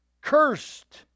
cursed